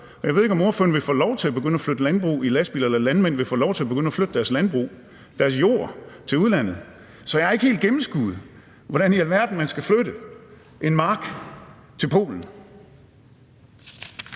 Jeg ved ikke, om ordføreren vil få lov til at begynde at flytte landbrug i lastbiler, eller om landmænd vil få lov til at begynde at flytte deres landbrug, deres jord, til udlandet. Så jeg har ikke helt gennemskuet, hvordan i alverden man skal flytte en mark til Polen.